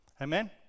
Amen